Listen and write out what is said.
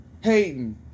Hating